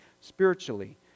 spiritually